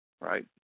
right